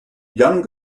young